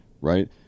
right